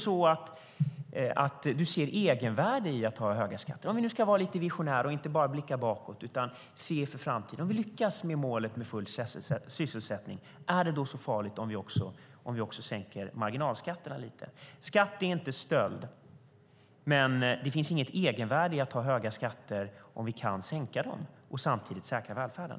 Ser du ett egenvärde i att ha höga skatter? Om vi lyckas med målet om full sysselsättning, är det då så farligt om vi också sänker marginalskatterna lite? Skatt är inte stöld, men det finns inget egenvärde i att ha höga skatter om vi kan sänka dem och samtidigt säkra välfärden.